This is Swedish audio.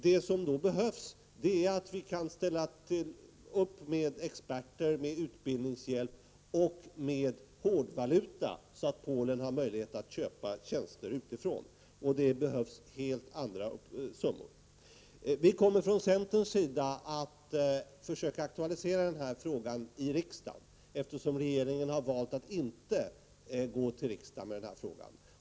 Det som behövs är att vi kan ställa upp med experter, utbildningshjälp och hårdvaluta så att Polen får möjlighet att köpa tjänster utifrån, och för det behövs helt andra summor. Eftersom regeringen har valt att inte gå till riksdagen i den här frågan kommer vi från centerns sida att försöka att aktualisera den i riksdagen.